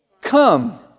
Come